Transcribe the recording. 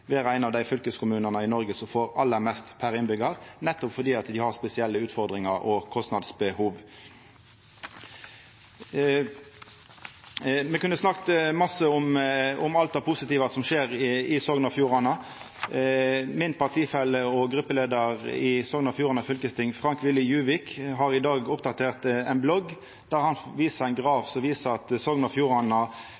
ein av dei fylkeskommunane i Noreg som får aller mest per innbyggjar, nettopp fordi dei har spesielle utfordringar og kostnadsbehov. Me kunne ha snakka masse om alt det positive som skjer i Sogn og Fjordane. Min partifelle og gruppeleiar i Sogn og Fjordane fylkesting, Frank Willy Djuvik, har i dag oppdatert ein blogg der han presenterer ein graf som viser at Sogn og Fjordane har fått ein